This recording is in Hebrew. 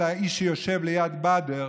אלא "האיש שיושב ליד באדר",